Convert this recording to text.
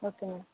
okay madam